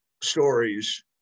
stories